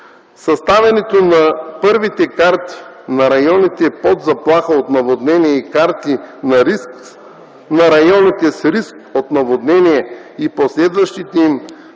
Съставянето на първите карти на районите под заплаха от наводнения и карти на районите с риск от наводнения и последващите им